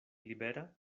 libera